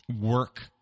work